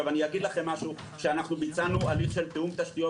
אני אומר לכם עוד שביצענו הליך של תיאום תשתיות